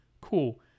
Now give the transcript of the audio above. cool